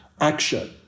action